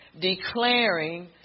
declaring